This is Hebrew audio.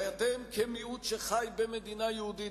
ואתם, כמיעוט שחי במדינה יהודית.